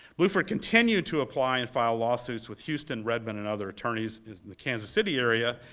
bluford continued to apply and file lawsuits with houston, redmond, and other attorneys in the kansas city area.